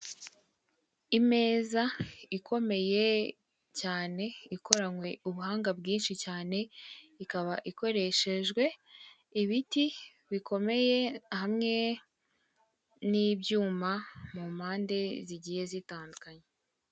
Imeza ikomeye cyane ikoranywe ubuhanga bwinshi cyane ikaba ikoreshejwe ibiti bikomeye hamwe n'ibyuma mu mpande zigiye zitandukanye.